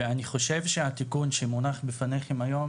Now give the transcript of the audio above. אני חושב שהתיקון שמונח בפניכם היום,